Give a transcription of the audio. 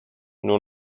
nur